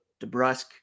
DeBrusque